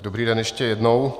Dobrý den ještě jednou.